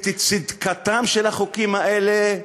את צדקתם של החוקים האלה?